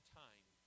time